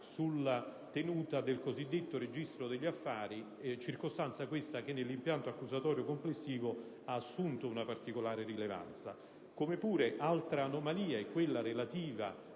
sulla tenuta del cosiddetto registro degli affari, circostanza, questa, che nell'impianto accusatorio complessivo ha assunto una particolare rilevanza. Un'altra anomalia è quella relativa